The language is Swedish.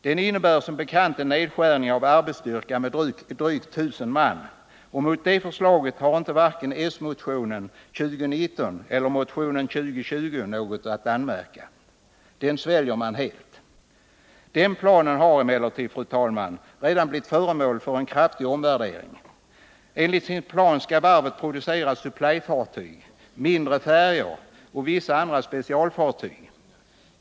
Den innebär som bekant en nedskärning av arbetsstyrkan med drygt 1000 man, och mot det förslaget har man inte något att anmärka vare sig i s-motionen 2019 eller i motionen 2020. Det sväljer man helt. Den planen har emellertid, fru talman, redan blivit föremål för en kraftig omvärdering. Enligt planen skall varvet producera supplyfartyg, mindre färjor och vissa andra specialfartyg.